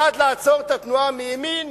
אחד לעצור את התנועה מימין,